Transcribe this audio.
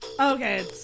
Okay